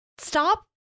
Stop